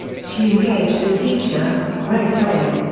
she engaged a teacher, grace raine.